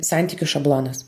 santykių šablonas